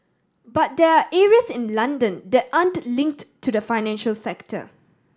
but there are areas in London that aren't linked to the financial sector